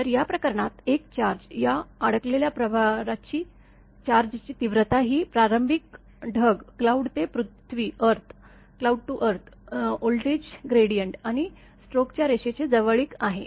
तर या प्रकरणात एक चार्ज या अडकलेल्या प्रभाराचीर्ज तीव्रता ही प्रारंभिक ढग ते पृथ्वी व्होल्टेज ग्रेडिएंट आणि स्ट्रोकच्या रेषेच्या जवळीक आहे